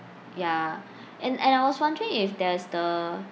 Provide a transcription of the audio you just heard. ya and and I was wondering if there's the